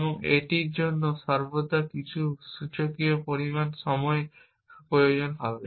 এবং এটির জন্য সর্বদা কিছু সূচকীয় পরিমাণ সময় প্রয়োজন হবে